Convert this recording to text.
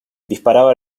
disparaba